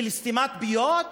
של סתימת פיות?